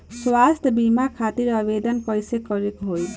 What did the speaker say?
स्वास्थ्य बीमा खातिर आवेदन कइसे करे के होई?